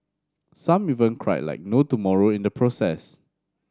some even cried like no tomorrow in the process